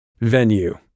venue